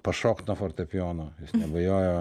pašokt nuo fortepijono nebijojo